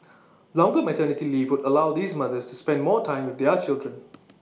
longer maternity leave would allow these mothers to spend more time with their children